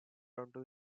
onto